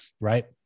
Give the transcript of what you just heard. right